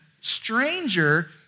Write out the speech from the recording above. stranger